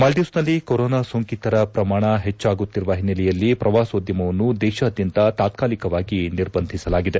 ಮಾಲ್ಜೀವ್ಸನಲ್ಲಿ corona ಸೋಂಕಿತರ ಪ್ರಮಾಣ ಹೆಚ್ಚಾಗುತ್ತಿರುವ ಹಿನ್ನೆಲೆಯಲ್ಲಿ ಪ್ರವಾಸೋದ್ಯಮವನ್ನು ದೇಶಾದ್ಯಂತ ತಾತ್ತಲಿಕವಾಗಿ ನಿರ್ಬಂಧಿಸಲಾಗಿದೆ